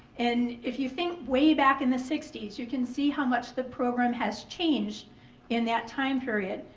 and if you think way back in the sixty s, you can see how much the program has changed in that time period.